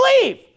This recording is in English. believe